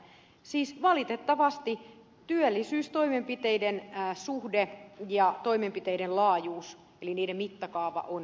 siis valitettavasti työllisyystoimenpiteiden suhde ja toimenpiteiden laajuus eli niiden mittakaava on aivan väärä